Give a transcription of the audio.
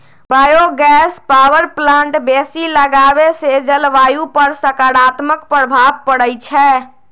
bio gas power plant बेशी लगाबेसे जलवायु पर सकारात्मक प्रभाव पड़इ छै